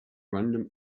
random